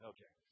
Okay